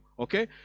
Okay